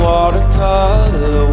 Watercolor